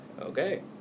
okay